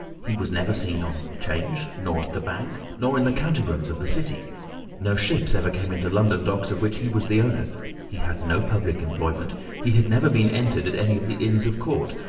he was never seen on change, nor at the bank, nor in the counting-rooms of the city no ships ever came into london docks of which he was the owner he had no public employment he had never been entered at any of the inns of court,